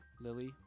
Lily